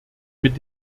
mit